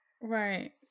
Right